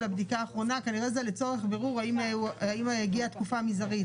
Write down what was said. כנראה שזה לצורך בירור האם הגיעה התקופה המזערית.